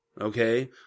Okay